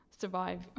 survive